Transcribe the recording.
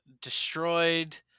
destroyed